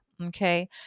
Okay